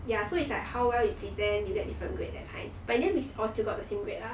ya so it's like how well you present you get different grade that time pioneer missed all still got the same grade lah